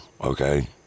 okay